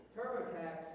TurboTax